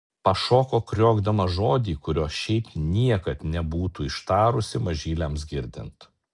pašoko kriokdama žodį kurio šiaip niekad nebūtų ištarusi mažyliams girdint